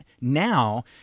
Now